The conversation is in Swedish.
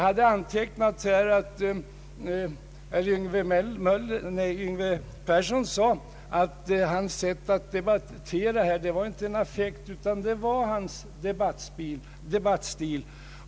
Herr Yngve Persson sade att hans sätt att debattera inte berodde på affekt, utan att det var hans vanliga debattstil.